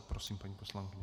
Prosím, paní poslankyně.